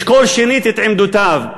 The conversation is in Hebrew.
לשקול שנית את עמדותיו,